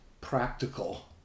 practical